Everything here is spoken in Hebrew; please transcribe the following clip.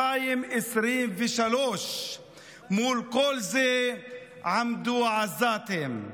2023. מול כל זה עמדו העזתים.